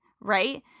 right